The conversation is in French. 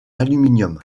aluminium